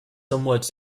somewhat